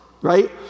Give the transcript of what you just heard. right